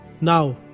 Now